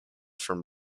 from